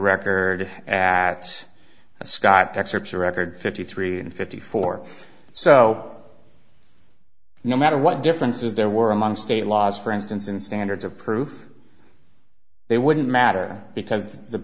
record at scott excerpts the record fifty three and fifty four so no matter what differences there were among state laws for instance in standards of proof they wouldn't matter because the